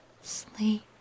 Sleep